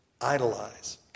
idolize